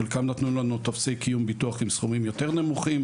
חלקם נתנו לנו טופסי קיום ביטוח עם סכומים יותר נמוכים,